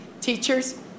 teachers